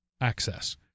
access